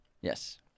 Yes